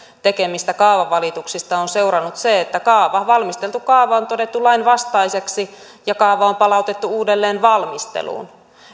tekemistä kaavavalituksista on seurannut se että valmisteltu kaava on todettu lainvastaiseksi ja kaava on palautettu uudelleenvalmisteluun